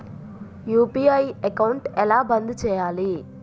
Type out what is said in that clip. UPI account ఎలా బంద్ చేయాలి?